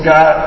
God